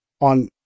on